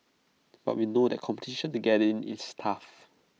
but we know that competition to get in is tough